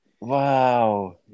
Wow